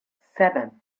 seven